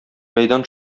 мәйдан